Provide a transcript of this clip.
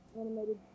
animated